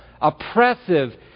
oppressive